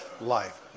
life